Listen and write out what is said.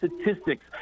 statistics